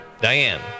Diane